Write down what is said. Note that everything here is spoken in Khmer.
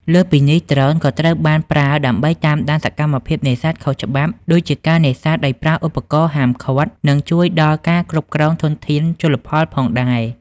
លើសពីនេះ ដ្រូនក៏ត្រូវបានប្រើដើម្បីតាមដានសកម្មភាពនេសាទខុសច្បាប់ ដូចជាការនេសាទដោយប្រើឧបករណ៍ហាមឃាត់ និងជួយដល់ការគ្រប់គ្រងធនធានជលផលផងដែរ។